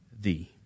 thee